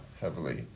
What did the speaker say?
heavily